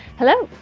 hello.